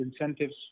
incentives